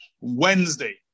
Wednesday